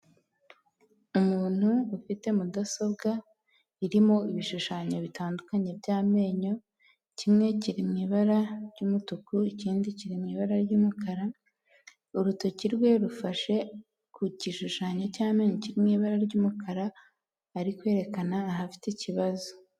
Umuntu ufite mudasobwa irimo ibishushanyo bitandukanye by'amenyo, kimwe kiri mu ibara ry'umutuku, ikindi kiri mu ibara ry'umukara, urutoki rwe rufashe ku gishushanyo cy'amenyo kiri mu ibara ry'umukara, bari kwerekana ahafite ikibazo.